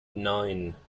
nine